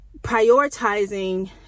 prioritizing